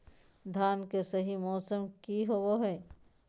धान के सही मौसम की होवय हैय?